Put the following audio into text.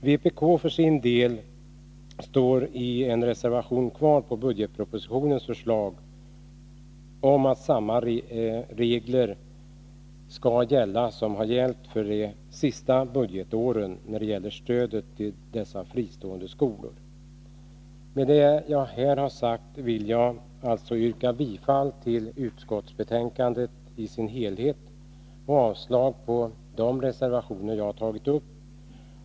Vpk för sin del står i en reservation fast vid budgetpropositionens förslag om att samma regler som gällt de senaste åren skall gälla för ett kommande budgetår beträffande stödet till fristående skolor. Jag vill med det sagda yrka bifall till utskottets hemställan i dess helhet och avslag på de reservationer som jag har tagit upp.